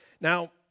Now